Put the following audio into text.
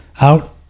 out